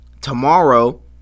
tomorrow